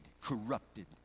corrupted